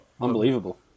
Unbelievable